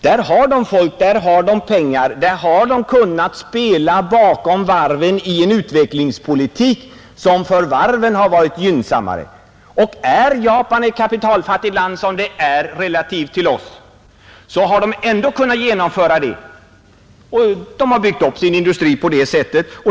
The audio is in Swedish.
Där har de folk, där har de pengar, där har de kunnat ställa bakom varven en utvecklingspolitik som varit gynnsam för varven, Trots att Japan är ett kapitalfattigt land i förhållande till vårt, har japanerna ändå kunnat genomföra detta. De har byggt upp sin industri på det sättet.